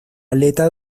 aleta